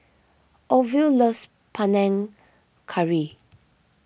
Orvil loves Panang Curry